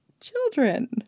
children